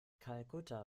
kalkutta